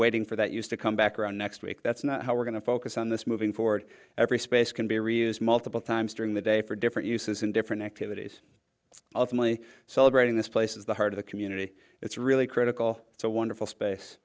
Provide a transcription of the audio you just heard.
waiting for that used to come back around next week that's not how we're going to focus on this moving forward every space can be reused multiple times during the day for different uses in different activities ultimately celebrating this place is the heart of the community it's really critical it's a wonderful space